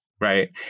right